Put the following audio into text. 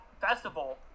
festival